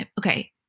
Okay